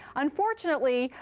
unfortunately,